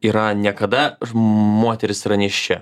yra ne kada moteris yra nėščia